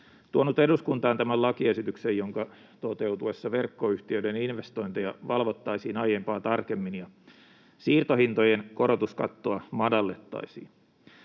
tuonut eduskuntaan tämän lakiesityksen, jonka toteutuessa verkkoyhtiöiden investointeja valvottaisiin aiempaa tarkemmin ja siirtohintojen korotuskattoa madallettaisiin.